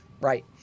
Right